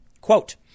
Quote